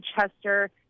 Chester